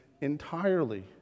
entirely